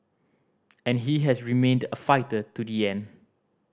and he has remained a fighter to the end